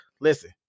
Listen